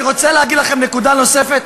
אני רוצה להגיד לכם נקודה נוספת,